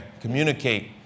communicate